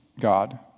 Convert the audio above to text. God